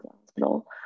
hospital